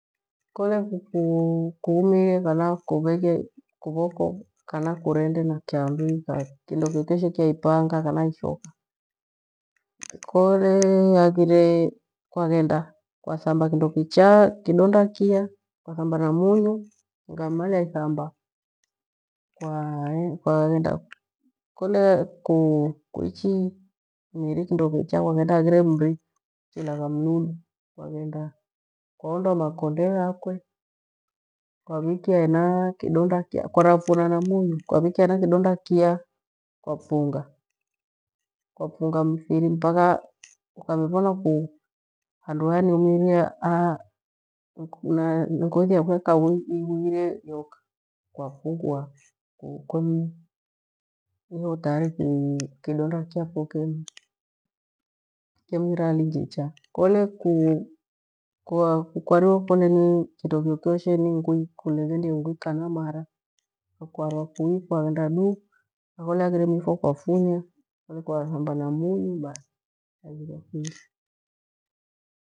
Kole kuku kuumirie kana kuveghie kuvoko kana kirendina kyanduri kand kindo kyokyoshe ipanga kana ishoka kole haghile kwaghenda kuathamba kindokicha kidonda kiya kuathamba na munyu ukamimalia ithamba kuaghenda kole kichi miri kindokicha kwaghenda gharire mri fuchiilagha mlulu kwaghenda kwaondoa makonde ghakwe kwavikia hena kidonda, kwarafifuna na munyu kwavikia hena kidonda kiya kwafunga, kwafungamifiri mpaka nkamivora ku handu haya niumirie haa agothi yokwe ya akaghu ivighine yoka kwa nighua kwem iho tayari kidonda kyafo kumighiru hali njicha kole kukukwaliwa na kindo kyokyoshe kole ni ngori kulighendie nguri kana mara kwaglenda kole ghaghire inifwa kwafunya kole kwa thamba na munyu bathi.